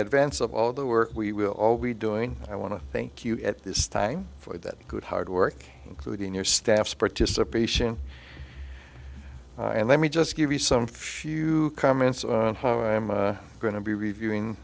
advents of all the work we will all be doing i want to thank you at this time for that good hard work food in your staff's participation and let me just give you some few comments on how i am going to be reviewing